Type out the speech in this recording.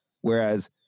Whereas